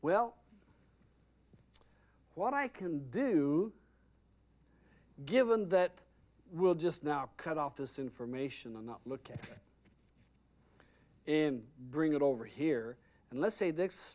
well what i can do given that will just now cut off this information and not look at it and bring it over here and let's say th